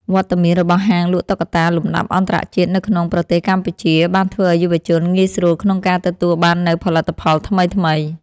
វត្តមានរបស់ហាងលក់តុក្កតាលំដាប់អន្តរជាតិនៅក្នុងប្រទេសកម្ពុជា បានធ្វើឱ្យយុវជនងាយស្រួលក្នុងការទទួលបាននូវផលិតផលថ្មីៗ។